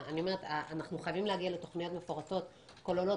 אנחנו חייבים להגיע לתוכניות מפורטות שכוללות